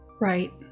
Right